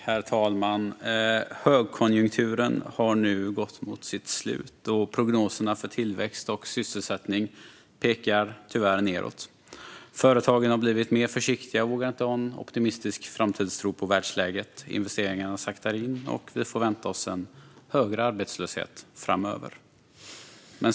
Herr talman! Högkonjunkturen har nu gått mot sitt slut. Prognoserna för tillväxt och sysselsättning pekar tyvärr nedåt. Företagen har blivit mer försiktiga och vågar inte ha en optimistisk framtidstro på världsläget. Investeringarna saktar in, och vi får vänta oss en högre arbetslöshet framöver.